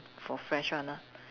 for fresh one ah